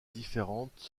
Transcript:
différentes